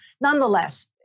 nonetheless